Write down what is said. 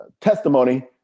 testimony